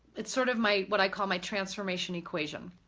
it's sort of my what i call my transformation equation,